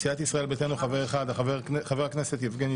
הרכב הוועדה: